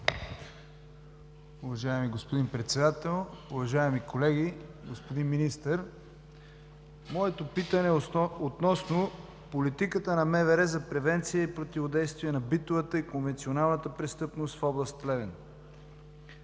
Уважаеми господин Председател, уважаеми колеги! Господин Министър, моето питане е относно политиката на МВР за превенция и противодействие на битовата и конвенционалната престъпност в област Плевен.